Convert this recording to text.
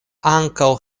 ankaŭ